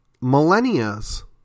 millennia's